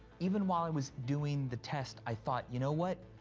even while i was doing the test, i thought, you know what?